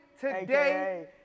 today